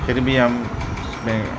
پھر بھی ہم اُس میں